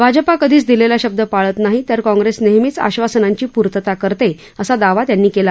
भाजपा कधीच दिलेला शब्द पाळत नाही तर काँग्रेस नेहमीच आश्वासनाची पूर्तता करते असा दावा त्यांनी केला